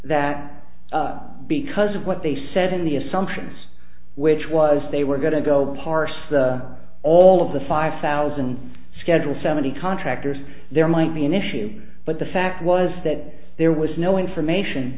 that because of what they said in the assumptions which was they were going to go parse all of the five thousand schedule seventy contractors there might be an issue but the fact was that there was no information